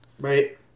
Right